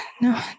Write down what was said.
no